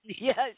Yes